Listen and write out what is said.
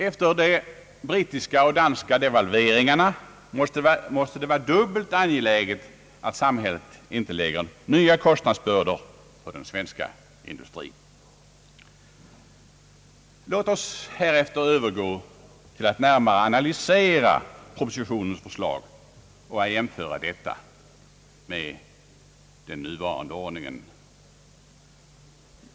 Efter de brittiska och danska devalveringarna måste det vara dubbelt angeläget att samhället inte lägger nya kostnadsbördor på den svenska industrin. Låt oss härefter övergå till att närmare analysera propositionens förslag och jämföra detta med den nuvarande ordningen.